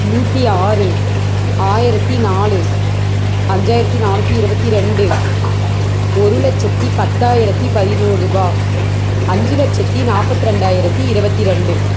நூற்றி ஆறு ஆயிரத்தி நாலு அஞ்சாயிரத்தி நானூற்றி இரபத்தி ரெண்டு ஒரு லட்சத்தி பத்தாயிரத்தி பதினோரூபா அஞ்சு லட்சத்தி நாற்பத்தி ரெண்டாயிரத்தி இரபத்தி ரெண்டு